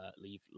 leave